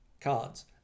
cards